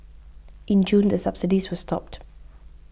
in June the subsidies were stopped